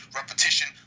repetition